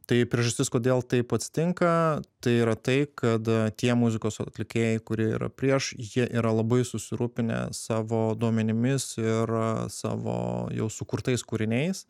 tai priežastis kodėl taip atsitinka tai yra tai kad tie muzikos atlikėjai kurie yra prieš jie yra labai susirūpinę savo duomenimis ir savo jau sukurtais kūriniais